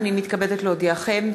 הנני מתכבדת להודיעכם,